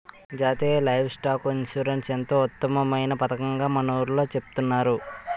జాతీయ livestock insurance ఎంతో ఉత్తమమైన పదకంగా మన ఊర్లో చెబుతున్నారు